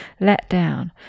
letdown